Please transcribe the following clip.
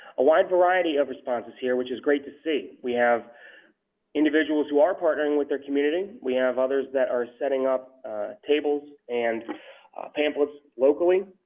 a wide variety of responses here, which is great to see. we have individuals who are partnering with their communities. we have others that are setting up tables and pamphlets locally.